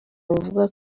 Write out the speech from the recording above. buvuga